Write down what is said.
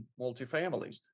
multifamilies